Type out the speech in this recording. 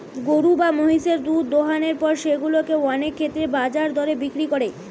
গরু বা মহিষের দুধ দোহানোর পর সেগুলা কে অনেক ক্ষেত্রেই বাজার দরে বিক্রি করে